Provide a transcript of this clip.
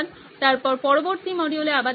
তারপর পরবর্তী মডিউলে দেখা হবে